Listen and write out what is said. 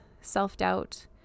self-doubt